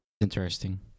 Interesting